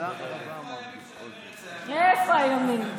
איפה הימים שלמרצ היה, איפה הימים?